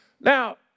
Now